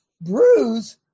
Bruise